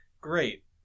great